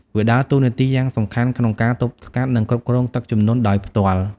វាដើរតួនាទីយ៉ាងសំខាន់ក្នុងការទប់ស្កាត់ និងគ្រប់គ្រងទឹកជំនន់ដោយផ្ទាល់។